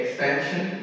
expansion